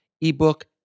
ebook